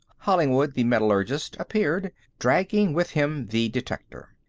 hollingwood, the metallurgist, appeared, dragging with him the detector.